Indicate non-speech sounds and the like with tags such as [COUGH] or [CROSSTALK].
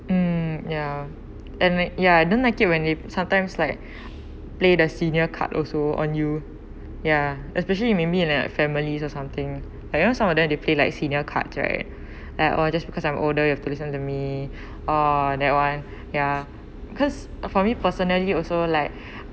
mm ya and ya don't like it when they sometimes like [BREATH] play the senior card also on you ya especially you may be in a family or something like I know some of them they play like senior card right like uh just because I'm older you have to listen to me [BREATH] ah that [one] ya because for me personally also like [BREATH]